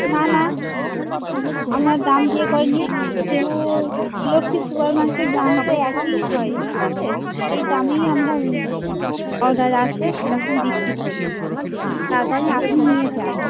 না না আমার দাম দিয়ে কই নি শিবু লক্ষী সুপার মার্কেট দাম তো একই হয় ঠিক আছে এই দামেই আমরা অর্ডার আসে সেরকম বিক্রি করি তাড়াতাড়ি আপনি নিয়ে যান